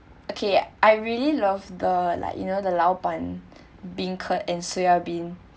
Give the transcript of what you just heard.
okay I really love the like you know the lao ban beancurd and soya bean